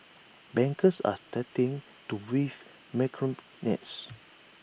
bankers are starting to weave macrame nets